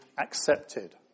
accepted